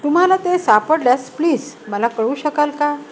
तुम्हाला ते सापडल्यास प्लीज मला कळवू शकाल का